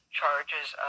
charges